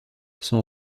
son